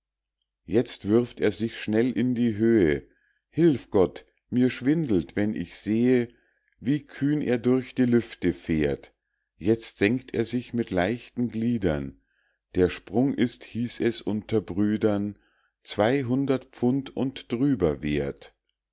jetzt wirft er sich schnell in die höhe hilf gott mir schwindelt wenn ich sehe wie kühn er durch die lüfte fährt jetzt senkt er sich mit leichten gliedern der sprung ist hieß es unter brüdern zwei hundert pfund und d'rüber werth